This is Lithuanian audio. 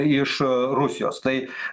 iš rusijos tai